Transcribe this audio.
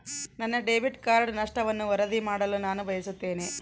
ನನ್ನ debit card ನಷ್ಟವನ್ನು ವರದಿ ಮಾಡಲು ನಾನು ಬಯಸುತ್ತೇನೆ